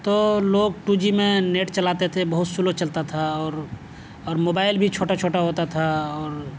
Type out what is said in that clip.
تو لوگ two G میں نیٹ چلاتے تھے بہت سلو چلتا تھا اور اور موبائل بھی چھوٹا چھوٹا ہوتا تھا اور